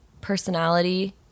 personality